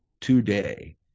today